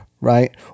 right